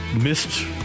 missed